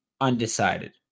undecided